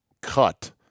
cut